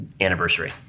anniversary